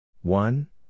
One